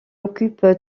occupe